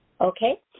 okay